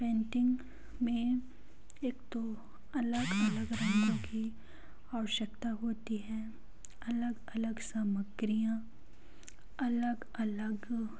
painting में एक तो अलग अलग रंगो की आवश्यकता होती है अलग अलग सामग्रियाँ अलग अलग